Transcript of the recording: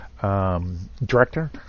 director